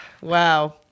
Wow